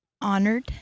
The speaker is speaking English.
Honored